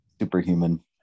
superhuman